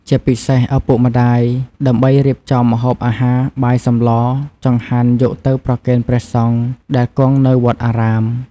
ជាពិសេសឪពុកម្ដាយ ដើម្បីរៀបចំម្ហូបអាហារ បាយសម្ល ចង្ហាន់យកទៅប្រគេនព្រះសង្ឃដែលគង់នៅវត្តអារាម។